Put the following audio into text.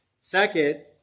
Second